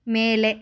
ಮೇಲೆ